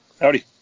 Howdy